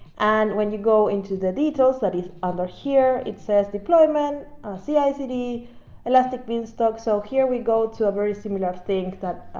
and when you go into the details that is under here, it says deployment see ah icd elastic beanstalk. so here we go to a very similar think that